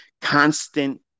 constant